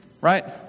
right